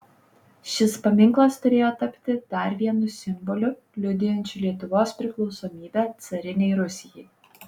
šis paminklas turėjo tapti dar vienu simboliu liudijančiu lietuvos priklausomybę carinei rusijai